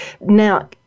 Now